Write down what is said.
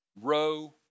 row